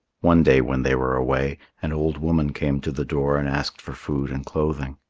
one day when they were away, an old woman came to the door and asked for food and clothing.